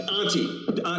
Auntie